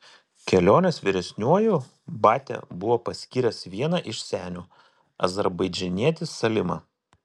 kelionės vyresniuoju batia buvo paskyręs vieną iš senių azerbaidžanietį salimą